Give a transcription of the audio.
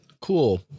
cool